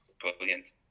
brilliant